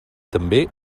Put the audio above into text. també